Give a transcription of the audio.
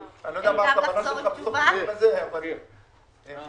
אני לא יודע מה הכוונה שלך בסוף הדיון הזה, אבל אם